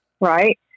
right